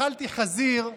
אכלתי חזיר,